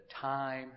time